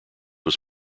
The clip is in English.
was